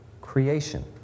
creation